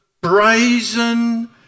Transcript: brazen